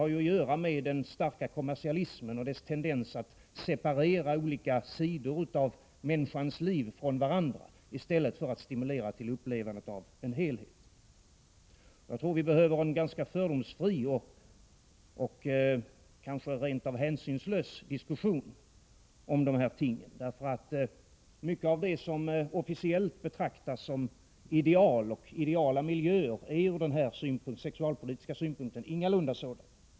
Inte minst gäller detta kanske under värnpliktstiden, för den militära tillvaron är inte precis någon tillvaro där man stimulerar en sund sexualsyn. Jag tror att vi behöver en ganska fördomsfri, kanske rent av hänsynslös, diskussion om dessa ting. Mycket av det som officiellt betraktas som ideal och ideala miljöer är ur sexualpolitisk synpunkt ingalunda sådana.